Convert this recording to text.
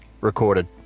recorded